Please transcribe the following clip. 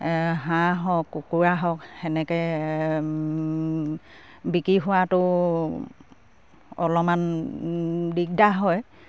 হাঁহ হওক কুকুৰা হওক সেনেকে বিক্ৰী হোৱাটো অলপমান দিগদাৰ হয়